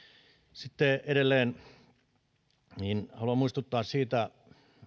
sitten edelleen haluan muistuttaa siitä